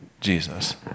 Jesus